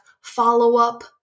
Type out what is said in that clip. follow-up